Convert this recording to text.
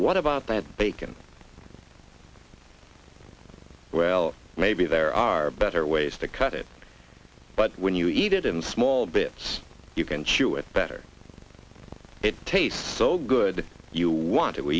what about that bacon well maybe there are better ways to cut it but when you eat it in small bits you can chew it better it tastes so good you want